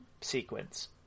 sequence